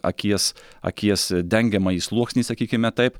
akies akies dengiamąjį sluoksnį sakykime taip